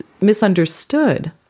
misunderstood